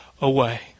away